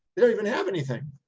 they don't even have anything.